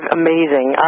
amazing